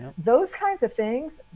those kinds of things.